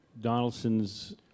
Donaldson's